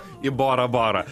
į borą borą